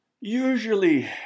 usually